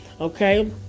Okay